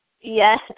Yes